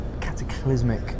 cataclysmic